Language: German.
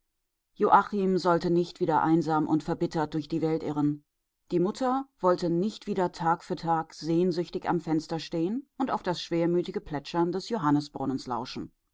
sollte nicht wieder einsam und verbittert durch die welt irren die mutter wollte nicht wieder tag für tag sehnsüchtig am fenster stehen und auf das schwermütige plätschern des johannesbrunnens lauschen